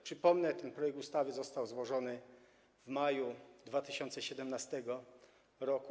Przypomnę: ten projekt ustawy został złożony w maju 2017 r.